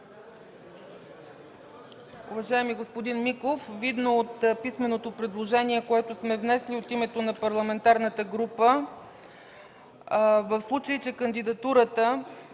Уважаеми господин Миков, видно от писменото предложение, което сме внесли от името на парламентарната група, в случай, че кандидатурата